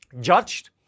judged